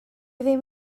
ddim